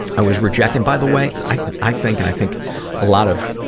i was rejected, by the way. i think, i think and i think a lot of